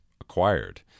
acquired